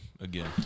again